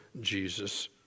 Jesus